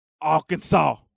Arkansas